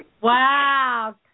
Wow